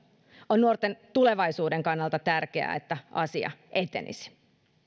on nuorten tulevaisuuden kannalta tärkeää että asia etenisi